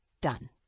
Done